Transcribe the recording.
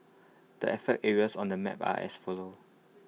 the affected areas on the map are as follow